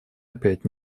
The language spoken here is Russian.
опять